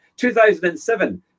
2007